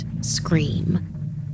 scream